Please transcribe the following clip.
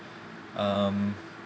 um